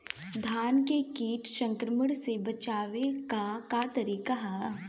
धान के कीट संक्रमण से बचावे क का तरीका ह?